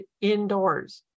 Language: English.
indoors